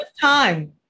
time